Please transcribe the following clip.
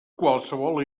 qualsevol